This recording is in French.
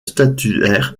statuaire